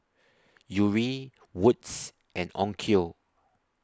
Yuri Wood's and Onkyo